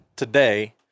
Today